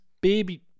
Baby